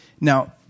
Now